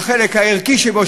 החלק הערכי שבו,